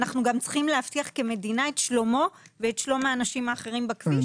אנחנו גם צריכים להבטיח כמדינה את שלומו ואת שלום האנשים האחרים בכביש.